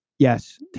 Yes